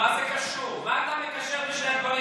במה אתה מתגאה?